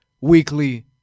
weekly